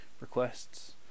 requests